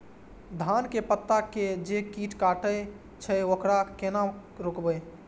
धान के पत्ता के जे कीट कटे छे वकरा केना रोकबे?